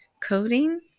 coding